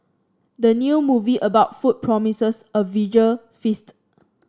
the new movie about food promises a visual feast